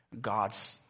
God's